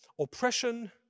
oppression